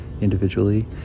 individually